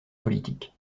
politiques